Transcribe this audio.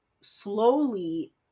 slowly